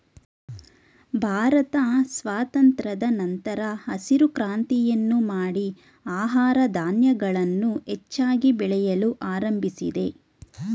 ಭಾರತ ಸ್ವಾತಂತ್ರದ ನಂತರ ಹಸಿರು ಕ್ರಾಂತಿಯನ್ನು ಮಾಡಿ ಆಹಾರ ಧಾನ್ಯಗಳನ್ನು ಹೆಚ್ಚಾಗಿ ಬೆಳೆಯಲು ಆರಂಭಿಸಿದೆ